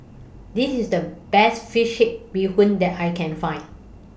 This IS The Best Fish Head Bee Hoon that I Can Find